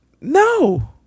No